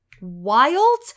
wild